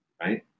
right